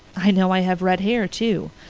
i know i have red hair too.